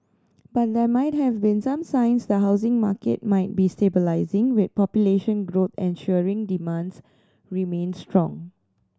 but there might have been some signs the housing market might be stabilising with population growth ensuring demand remains strong